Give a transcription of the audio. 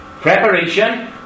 preparation